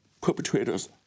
perpetrators